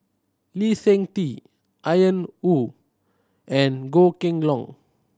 Lee Seng Tee Ian Woo and Goh Kheng Long